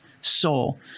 soul